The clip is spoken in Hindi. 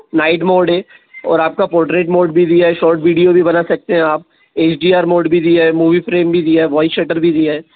नाईट मोड है और आपका पोर्ट्रेट मोड भी दिया है शार्ट वीडियो भी बना सकते है आप एच डी आर मोड भी दिया है मूवी फ्रेम भी दिया है वॉइस शटर भी दिया है